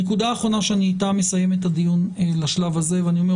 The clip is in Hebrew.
נקודה אחרונה איתה אני מסיים את הדיון בשלב הזה ואני אומר